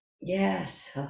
yes